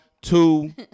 Two